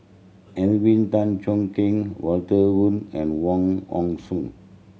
Alvin Tan Cheong Kheng Walter Woon and Wong Hong Suen